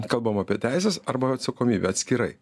kalbam apie teises arba atsakomybę atskirai